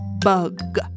bug